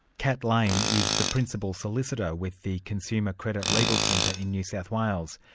kat lane is the principal solicitor with the consumer credit legal centre in new south wales.